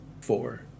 four